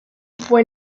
fue